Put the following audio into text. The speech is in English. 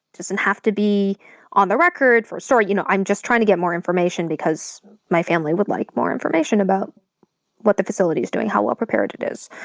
and have to be on the record for a story. you know, i'm just trying to get more information, because my family would like more information about what the facility's doing, how well prepared it is.